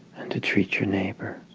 and to treat your neighbor